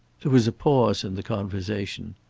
there was a pause in the conversation.